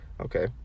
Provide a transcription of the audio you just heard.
Okay